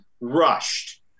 rushed